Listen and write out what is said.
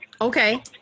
Okay